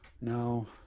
no